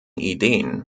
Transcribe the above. ideen